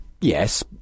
yes